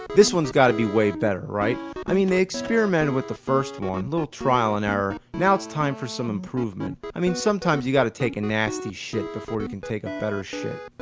this one's got to be way better, right? i mean they experimented with the first one, little trial and error. now it's time for some improvement, i mean sometimes you got to take a nasty shit before you can take a better shit.